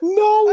no